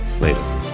Later